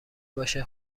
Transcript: باشه